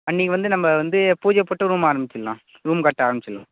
அன்றைக்கி வந்து நம்ம வந்து பூஜை போட்டு ரூம் ஆரம்பிச்சடலாம் ரூம் கட்ட ஆரம்பிச்சடலாம்